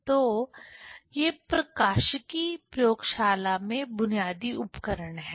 तो ये प्रकाशिकी प्रयोगशाला में बुनियादी उपकरण हैं